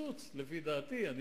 לפי דעתי אתם נכללים בקיצוץ,